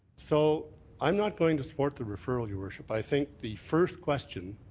so i'm not going to support the referral, your worship. i think the first question